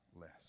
less